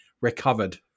recovered